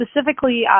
specifically